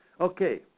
Okay